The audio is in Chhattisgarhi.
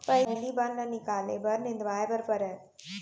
पहिली बन ल निकाले बर निंदवाए बर परय